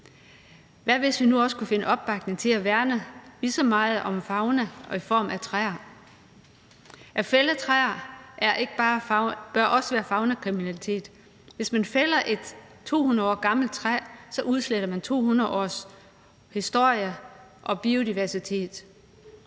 Hvad nu, hvis vi også kunne finde opbakning til at værne lige så meget om flora i form af træer? At fælde træer bør også være kriminelt. Hvis man fælder et 200 år gammelt træ, udsletter man 200 års historie og biodiversitet,